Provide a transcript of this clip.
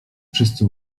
wszyscy